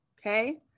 okay